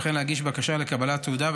וכן להגיש בקשה לקבלת תעודה,